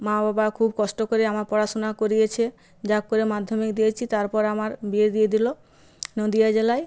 মা বাবা খুব কষ্ট করে আমার পড়াশোনা করিয়েছে যা হোক করে মাধ্যমিক দিয়েছি তারপর আমার বিয়ে দিয়ে দিল নদিয়া জেলায়